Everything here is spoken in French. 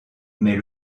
mais